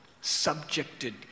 Subjected